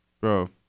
Bro